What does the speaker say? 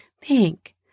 pink